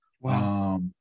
Wow